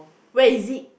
where is it